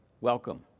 welcome